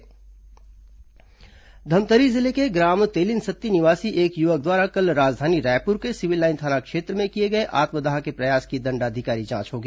आत्मदाह दंडाधिकारी जांच धमतरी जिले के ग्राम तेलिनसत्ती निवासी एक युवक द्वारा कल राजधानी रायपुर के सिविल लाइन थाना क्षेत्र में किए गए आत्मदाह के प्रयास की दंडाधिकारी जांच होगी